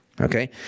okay